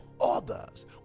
others